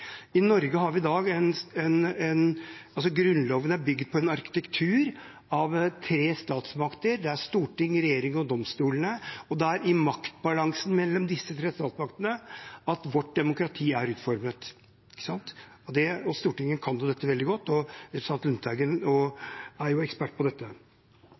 I Norge er det slik i dag at Grunnloven er bygd på en arkitektur av tre statsmakter, storting, regjering og domstoler, og det er i maktbalansen mellom disse tre statsmaktene vårt demokrati er utformet. Dette kan vi i Stortinget veldig godt, og representanten Lundteigen er jo ekspert på